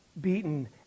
beaten